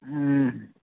ಊಂ